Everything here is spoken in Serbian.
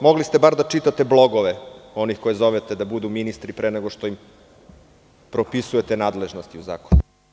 Mogli ste bar da čitate blogove onih kojih zovete da budu ministri pre nego što im propisujete nadležnosti u Zakonu.